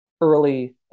early